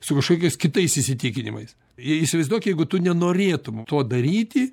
su kažkokiais kitais įsitikinimais ir įsivaizduok jeigu tu nenorėtum to daryti